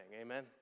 Amen